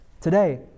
today